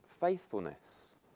Faithfulness